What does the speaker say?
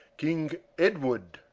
king edward